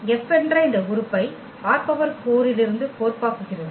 F என்ற இந்த உறுப்பை ℝ4 இலிருந்து கோர்ப்பாக்குகிறது